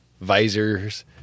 visors